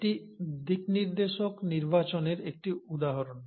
এটি দিকনির্দেশক নির্বাচনের একটি উদাহরণ